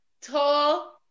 tall